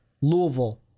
Louisville